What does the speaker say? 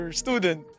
student